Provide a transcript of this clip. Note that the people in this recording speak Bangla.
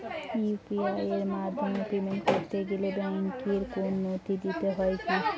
ইউ.পি.আই এর মাধ্যমে পেমেন্ট করতে গেলে ব্যাংকের কোন নথি দিতে হয় কি?